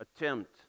attempt